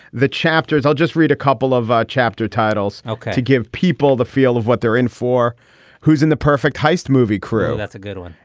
the chapters i'll just read a couple of chapter titles. ok to give people the feel of what they're in for who's in the perfect heist movie crew. that's a good one.